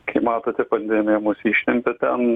kaip matote pandemija mus ištempė ten